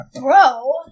Bro